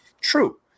true